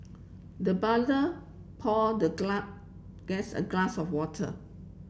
the butler poured the guest a glass of water